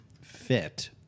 fit